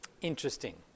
Interesting